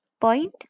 point